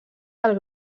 del